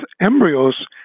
embryos